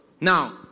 Now